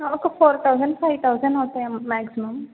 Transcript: ఒక four thousand five thousand అవుతాయమ్మ maximum